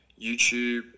youtube